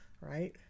right